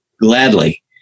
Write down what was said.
Gladly